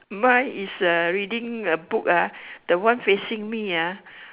mine is uh reading a book ah the one facing me ah